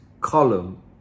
column